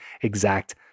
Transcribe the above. exact